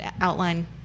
outline